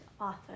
author